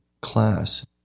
class